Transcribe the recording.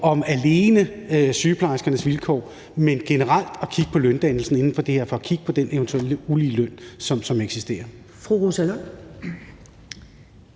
om sygeplejerskernes vilkår alene, men det handler om generelt at kigge på løndannelsen inden for det her og om at kigge på den eventuelle uligeløn, som eksisterer.